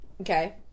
Okay